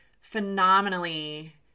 phenomenally